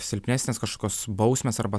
silpnesnės kažkas bausmės arba